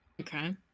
Okay